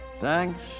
Thanks